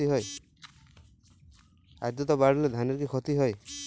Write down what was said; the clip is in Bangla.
আদ্রর্তা বাড়লে ধানের কি ক্ষতি হয়?